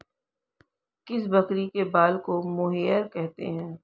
किस बकरी के बाल को मोहेयर कहते हैं?